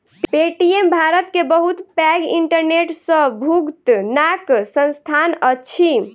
Paytm Bharat के बहुत पैघ इंटरनेट सॅ भुगतनाक संस्थान अछि